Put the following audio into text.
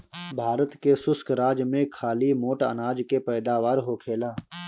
भारत के शुष्क राज में खाली मोट अनाज के पैदावार होखेला